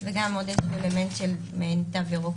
ועוד איזשהו אלמנט של מעין תו ירוק